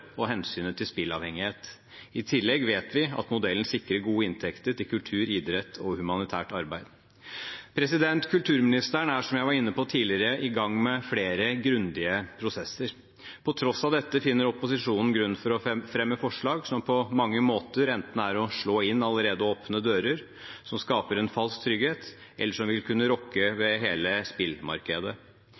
og hensynet til spilleavhengighet. I tillegg vet vi at modellen sikrer gode inntekter til kultur, idrett og humanitært arbeid. Kulturministeren er, som jeg var inne på tidligere, i gang med flere grundige prosesser. På tross av dette finner opposisjonen grunn til å fremme forslag som på mange måter enten er å slå inn allerede åpne dører, som skaper en falsk trygghet, eller som vil kunne rokke ved hele spillmarkedet.